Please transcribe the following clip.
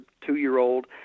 two-year-old